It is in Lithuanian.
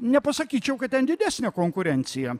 nepasakyčiau kad ten didesnė konkurencija